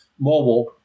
mobile